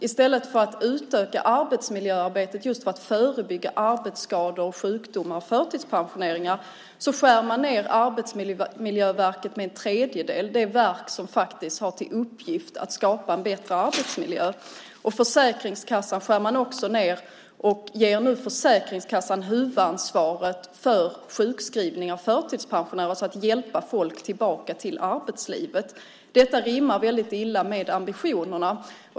I stället för att utöka arbetsmiljöarbetet för att just förebygga arbetsskador, sjukdomar och förtidspensioneringar gör man nedskärningar för Arbetsmiljöverket med en tredjedel, det verk som har till uppgift att skapa en bättre arbetsmiljö. Också på Försäkringskassan görs det nedskärningar. Man ger nu Försäkringskassan huvudansvaret för sjukskrivna och förtidspensionärer, alltså ansvaret för att hjälpa folk tillbaka till arbetslivet. Detta rimmar väldigt illa med ambitionerna.